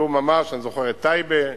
אני זוכר את טייבה,